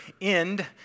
end